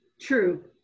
True